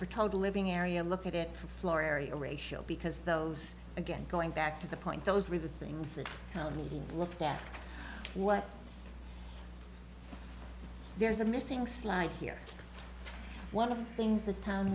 total living area look at it for floor area ratio because those again going back to the point those were the things that got me to look at what there's a missing slide here one of the things the town